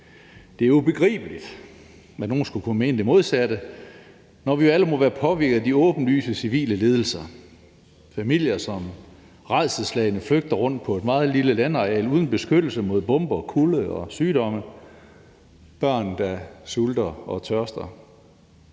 Det er ubegribeligt, at nogen skulle kunne mene det modsatte, når vi alle må være påvirket af de åbenlyse civile lidelser – familier, som rædselsslagne flygter rundt på et meget lille landareal uden beskyttelse mod bomber og kulde og sygdomme; børn, der sulter og tørster.